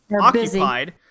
occupied